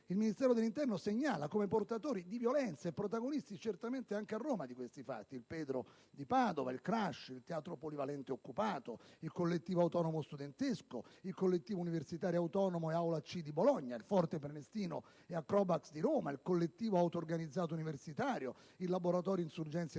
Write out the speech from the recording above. il Ministero dell'interno segnala come portatori di violenze e protagonisti, certamente anche a Roma, di questi fatti: il Pedro di Padova, il Crash, il Teatro polivalente occupato, il Collettivo autonomo studentesco, il Collettivo Universitario autonomo e Aula C di Bologna, il Forte Prenestino e Acrobax di Roma, il Collettivo Autorganizzato Universitario e il Laboratorio Insurgencia di Napoli,